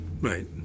Right